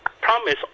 promise